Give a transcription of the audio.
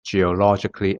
geologically